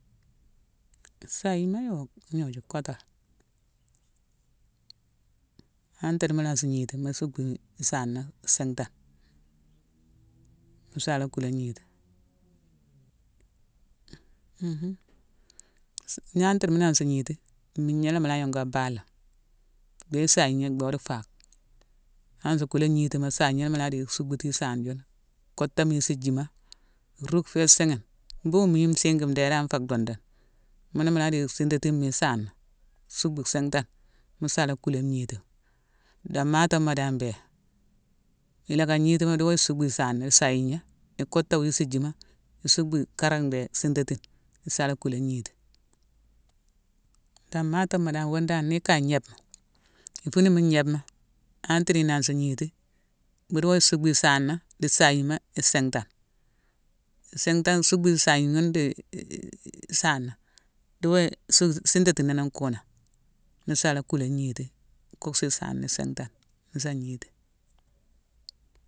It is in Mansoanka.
Sagnema yo, gnoju kotol. Antre mu la sa gniti, mu suckbu isaana sintane.mu sa la kulé gniti. Hu- huc yantre mu nan sa gniti, migna la mu la yongu a balema, déye sagna bode fakh. Mu nan sa kulé gnitima, sagna la mu la déye suckbutune isaane june, kocté muye isijima, ruck fo isighine. Mbughune migne nsigi ndhédane nfé dhune-dhune. Muna mu la déye sintatine muye isaana. Suckbu sintane, mu sa la kulé ngnitima. Domatoma dan mbé; i lo ka ngnitima, duwo isukbu isaana di sagna, i kutté wo isijima, isuckbu kara ndhé sintatine i sa la kulé gniti. Domatoma dan wune dan ni ikaye gnébma, i funume gnébma, antre inan si gniti, mu duwo isuckbu isaana di sagnema isintane. Isintane nsuckbu sagne ghune di i- i- i- isaana. Duwo su-sintatinone kunan nu sa la ku la gniti, kucsu isaana sintane nu sa gniti.